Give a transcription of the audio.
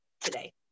today